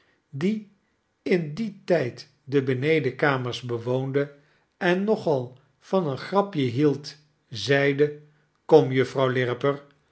dien tyd de benedenkamers bewoonde en nogal van een grapje hield zeide kom juffrouw